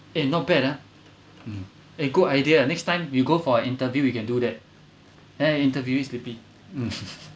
eh not bad ah mm eh good idea next time you go for interview you can do that !hey! interviewee sleepy